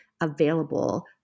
available